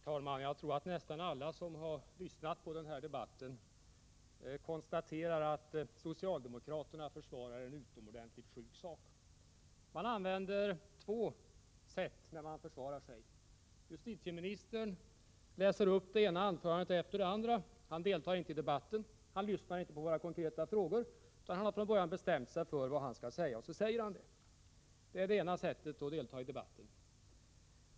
Herr talman! Jag tror att nästan alla som har lyssnat på denna debatt konstaterar att socialdemokraterna försvarar en utomordentligt sjuk sak. De använder två sätt när de försvarar sig. Justitieministern läser upp det ena anförandet efter det andra. Han deltar inte i debatten. Han lyssnar inte på våra konkreta frågor. Han har från början bestämt sig för vad han skall säga, och sedan säger han det. Det är det ena sättet att delta i debatten.